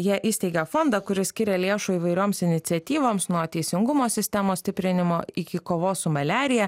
jie įsteigė fondą kuris skiria lėšų įvairioms iniciatyvoms nuo teisingumo sistemos stiprinimo iki kovos su maliarija